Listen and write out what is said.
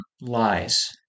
lies